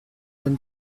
when